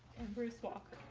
and bruce walker.